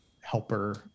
helper